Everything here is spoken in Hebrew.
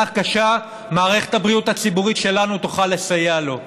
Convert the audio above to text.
קשה מערכת הבריאות הציבורית שלנו תוכל לסייע לו.